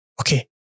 okay